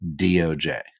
DOJ